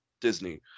Disney